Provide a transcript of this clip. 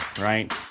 Right